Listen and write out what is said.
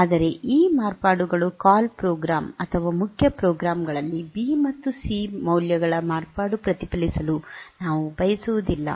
ಆದರೆ ಈ ಮಾರ್ಪಾಡುಗಳು ಕಾಲ್ ಪ್ರೋಗ್ರಾಂ ಅಥವಾ ಮುಖ್ಯ ಪ್ರೋಗ್ರಾಮ್ಗಳಲ್ಲಿ ಬಿ ಅಥವಾ ಸಿ ಮೌಲ್ಯಗಳ ಮಾರ್ಪಾಡು ಪ್ರತಿಫಲಿಸಲು ನಾವು ಬಯಸುವುದಿಲ್ಲ